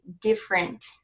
different